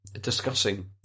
discussing